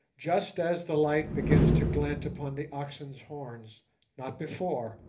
just as the light begins to glint upon the oxen's horns not before,